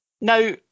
now